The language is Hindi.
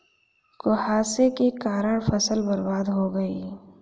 कुहासे के कारण फसल बर्बाद हो गयी